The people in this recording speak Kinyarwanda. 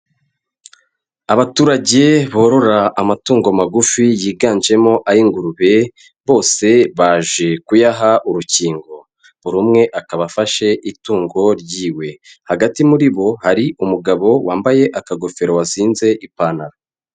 Abaturage borora amatungo magufi yiganjemo ay'ingurube, bose baje kuyaha urukingo. Buri umwe akaba afashe itungo ryiwe. Hagati muri bo hari umugabo wambaye akagofero wazinze ipantaro.